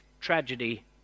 tragedy